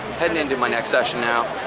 heading into my next session now.